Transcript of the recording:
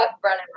Brennan